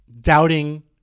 doubting